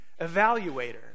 evaluator